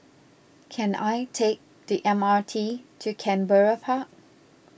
can I take the M R T to Canberra Park